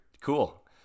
Cool